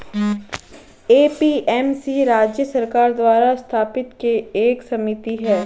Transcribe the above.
APMC राज्य सरकार द्वारा स्थापित एक समिति है